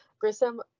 Grissom